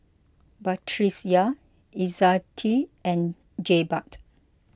Batrisya Izzati and Jebat